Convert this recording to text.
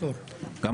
דרך אגב,